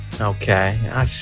Okay